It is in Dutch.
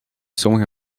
sommige